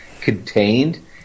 contained